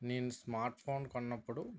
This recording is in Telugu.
నేను స్మార్ట్ఫోన్ కొన్నప్పుడు